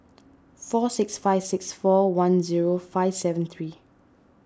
four six five six four one zero five seven three